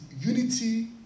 unity